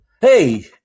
Hey